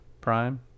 prime